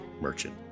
merchant